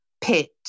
pit